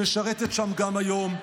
משרתת שם גם היום.